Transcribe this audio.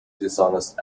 dishonest